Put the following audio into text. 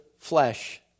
flesh